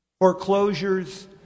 Foreclosures